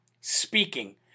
speaking